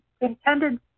intended